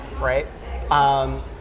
right